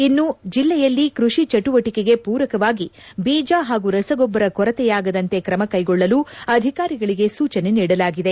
ಇನ್ನು ಜಿಲ್ಲೆಯಲ್ಲಿ ಕ್ಬಡಿ ಚಟುವಟಿಕೆಗೆ ಪೂರಕವಾಗಿ ಬೀಜ ಹಾಗೂ ರಸಗೊಬ್ಬರ ಕೊರತೆಯಾಗದಂತೆ ಕ್ರಮ ಕೈಗೊಳ್ಳಲು ಅಧಿಕಾರಿಗಳಿಗೆ ಸೂಚನೆ ನೀಡಲಾಗಿದೆ